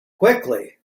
quickly